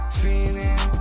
feeling